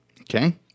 Okay